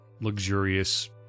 luxurious